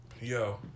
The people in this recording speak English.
Yo